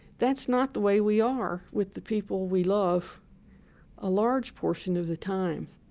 that's not the way we are with the people we love a large portion of the time.